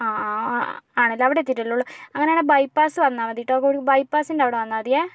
ആ ആ ആണല്ലെ അവിടെ എത്തിട്ടാലേ ഉള്ളു അങ്ങനെയാണെങ്കിൽ ബൈപ്പാസ് വന്നാൽ മതിട്ടോ ബൈപ്പാസിൻ്റെ അവിടെ വന്നാൽ മതിയെ